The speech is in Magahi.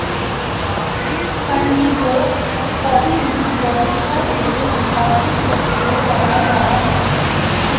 फंडिंगोक कभी भी कोयेंछा से भौतिक रूप से कराल जावा सकोह